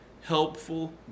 helpful